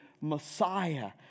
Messiah